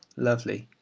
lovely,